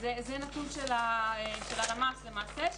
זה נתון של הלשכה המרכזית לסטטיסטיקה שהוא